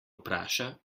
vpraša